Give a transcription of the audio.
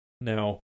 Now